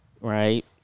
Right